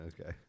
Okay